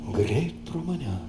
greit pro mane